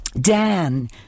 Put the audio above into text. Dan